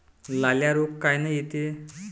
लाल्या रोग कायनं येते?